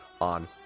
on